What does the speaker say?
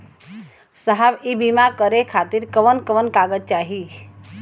साहब इ बीमा करें खातिर कवन कवन कागज चाही?